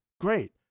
great